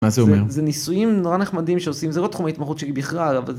מה זה אומר? זה ניסויים נורא נחמדים שעושים זה לא תחום ההתמחות שלי בכלל. אבל